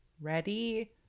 Ready